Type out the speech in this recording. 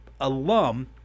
alum